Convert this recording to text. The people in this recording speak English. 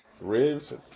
ribs